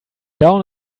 down